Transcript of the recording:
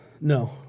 No